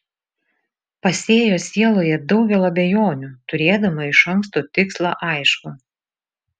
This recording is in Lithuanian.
pasėjo sieloje daugel abejonių turėdama iš anksto tikslą aiškų